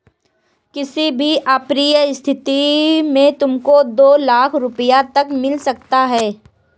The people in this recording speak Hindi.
किसी भी अप्रिय स्थिति में तुमको दो लाख़ रूपया तक मिल सकता है